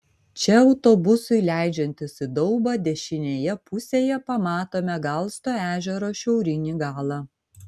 čia autobusui leidžiantis į daubą dešinėje pusėje pamatome galsto ežero šiaurinį galą